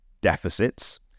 deficits